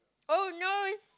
oh no it's